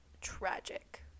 tragic